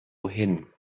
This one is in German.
hin